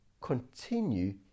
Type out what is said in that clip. continue